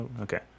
Okay